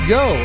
go